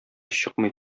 чыкмый